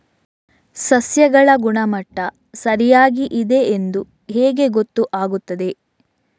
ಸಸ್ಯಗಳ ಗುಣಮಟ್ಟ ಸರಿಯಾಗಿ ಇದೆ ಎಂದು ಹೇಗೆ ಗೊತ್ತು ಆಗುತ್ತದೆ?